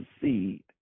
seed